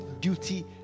duty